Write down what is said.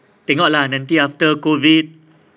they got lah nanti after COVID